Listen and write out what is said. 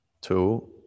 Two